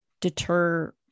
deter